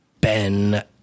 Ben